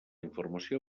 informació